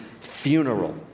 funeral